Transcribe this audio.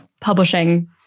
publishing